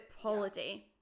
holiday